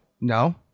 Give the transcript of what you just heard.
No